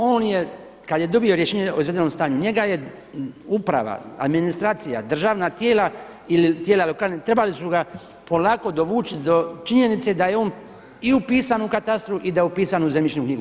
On je kada je dobio rješenje o izvedenom stanju, njega je uprava, administracija, državna tijela ili tijela lokalne trebali su ga polako dovući do činjenice da je on i upisan u katastru i da je upisan u zemljišnu knjigu.